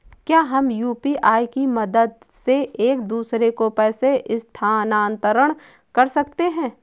क्या हम यू.पी.आई की मदद से एक दूसरे को पैसे स्थानांतरण कर सकते हैं?